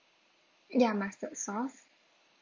ya mustard sauce